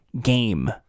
game